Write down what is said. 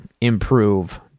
improve